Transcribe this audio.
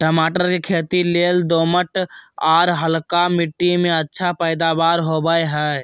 टमाटर के खेती लेल दोमट, आर हल्का मिट्टी में अच्छा पैदावार होवई हई